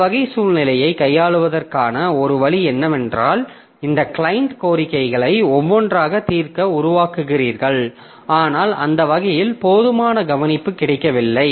இந்த வகை சூழ்நிலையை கையாள்வதற்கான ஒரு வழி என்னவென்றால் இந்த கிளையன்ட் கோரிக்கைகளை ஒவ்வொன்றாக தீர்க்க உருவாக்குகிறீர்கள் ஆனால் அந்த வகையில் போதுமான கவனிப்பு கிடைக்கவில்லை